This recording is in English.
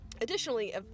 Additionally